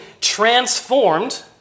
transformed